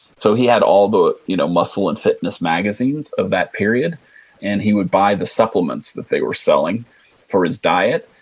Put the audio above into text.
so he had all the you know muscle and fitness magazines of that period and he would buy the supplements that they were selling for his diet.